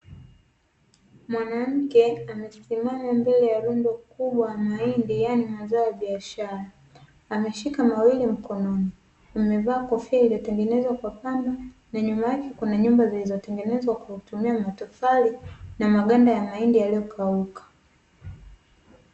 Mwanamke amesimama mbele ya rundo kubwa la mahindi, yani mazao ya biashara ameshika mawili mkononi amevaa kofia iliyotengenezwa kwa pamba na nyuma yake kuna nyumba zilizotengenezwa kwa kutumia matofali na maganda ya mahindi yaliyo kauka.